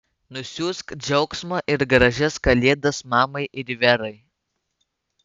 nusiųsk džiaugsmo ir gražias kalėdas mamai ir verai